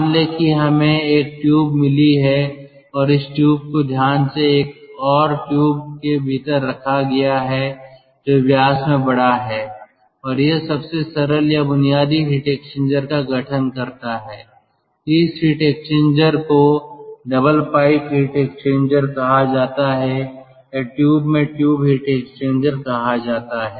मान लें कि हमें एक ट्यूब मिली है और इस ट्यूब को ध्यान से एक और ट्यूब के भीतर रखा गया है जो व्यास में बड़ा है और यह सबसे सरल या बुनियादी हीट एक्सचेंजर का गठन करता है इस हीट एक्सचेंजर को डबल पाइप हीट एक्सचेंजर कहा जाता है या ट्यूब में ट्यूब हीट एक्सचेंजर कहा जाता है